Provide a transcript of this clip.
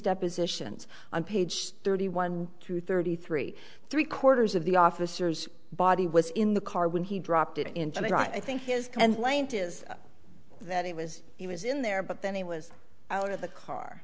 depositions on page thirty one through thirty three three quarters of the officers body was in the car when he dropped it into the right i think his kind lane to is that he was he was in there but then he was out of the car